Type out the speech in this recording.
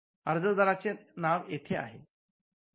अर्जदारांचे नाव येथे आहे